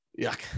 Yuck